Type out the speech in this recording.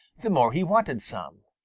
the more he wanted some.